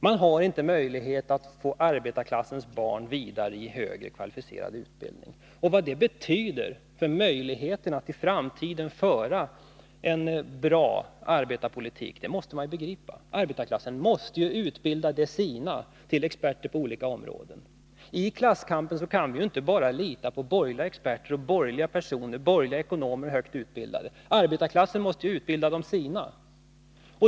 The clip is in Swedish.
Det finns inte möjlighet att få arbetarklassens barn vidare i högre kvalificerad utbildning. Vad det betyder för möjligheten att i framtiden föra en bra arbetarpolitik måste man begripa. Arbetarklassen måste utbilda de sina till experter på olika områden. I klasskampen kan vi inte bara lita på borgerliga experter, borgerliga ekonomer och borgerliga personer med hög utbildning. Arbetarklassen måste utbilda de sina.